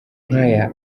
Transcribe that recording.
nkaya